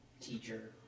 teacher